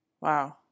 Wow